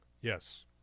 Yes